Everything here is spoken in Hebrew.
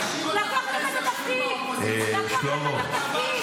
--- שאוויש, לקחת את התפקיד, לקחת את התפקיד.